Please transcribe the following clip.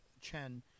Chen